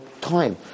time